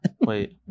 wait